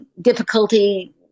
difficulty